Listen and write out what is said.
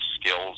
skills